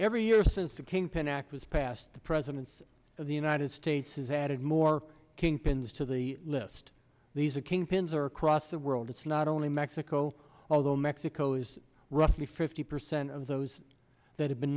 every year since the kingpin act was passed the presidents of the united states has added more kingpins to the list these are kingpins are across the world it's not only mexico although mexico is roughly fifty percent of those that have been